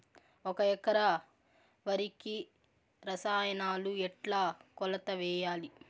ఒక ఎకరా వరికి రసాయనాలు ఎట్లా కొలత వేయాలి?